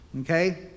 okay